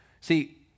See